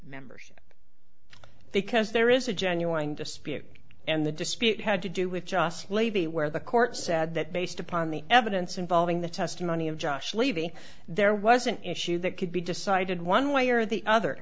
membership because there is a genuine dispute and the dispute had to do with just lady where the court said that based upon the evidence involving the testimony of josh levy there was an issue that could be decided one way or the other